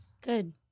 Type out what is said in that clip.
Good